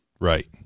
Right